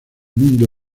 mundo